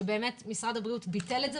שבאמת משרד הבריאות ביטל את זה,